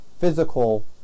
physical